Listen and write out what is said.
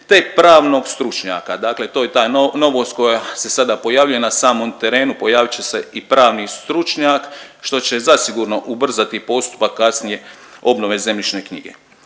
te pravnog stručnjaka. Dakle, to je ta novost koja se sada pojavljuje na samom terenu. Pojavit će se i pravni stručnjak što će zasigurno ubrzati postupak kasnije obnove zemljišne knjige.